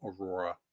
Aurora